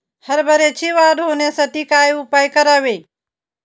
हरभऱ्याची वाढ होण्यासाठी काय उपाय करावे?